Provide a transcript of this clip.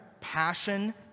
passion